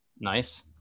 Nice